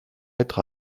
être